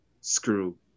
screw